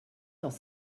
dans